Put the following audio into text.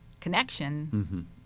connection